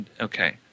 Okay